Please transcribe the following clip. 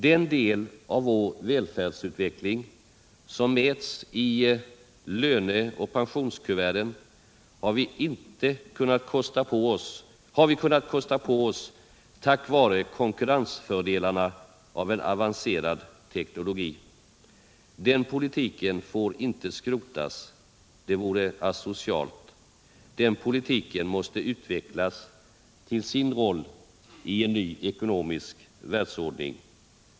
Den del av vår välfärdsutveckling som mäts i löneoch pensionskuverten har vi kunnat kosta på oss tack vare konkurrensfördelarna av en avancerad teknologi. Den politiken får inte skrotas. Det vore asocialt. Den politiken måste utvecklas till sin roll i en ny ekonomisk världsordning.